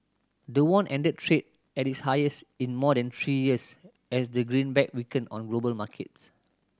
the won ended trade at its highest in more than three years as the greenback weakened on global markets